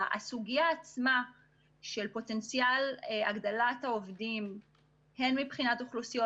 הסוגיה עצמה של פוטנציאל הגדלת העובדים הן מבחינת האוכלוסיות